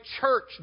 church